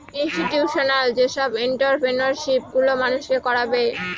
institutional যেসব entrepreneurship গুলো মানুষকে করাবে